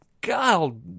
God